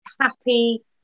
happy